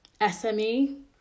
SME